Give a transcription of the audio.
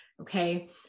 okay